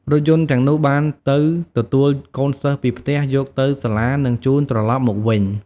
រថយន្តទាំងនោះបានទៅទទួលកូនសិស្សពីផ្ទះយកទៅសាលានិងជូនត្រឡប់មកវិញ។